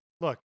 look